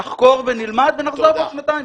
נחקור ונלמד, ונחזור בעוד שנתיים.